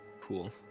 cool